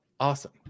Awesome